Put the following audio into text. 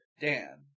Dan